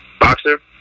boxer